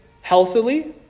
healthily